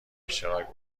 اشتراک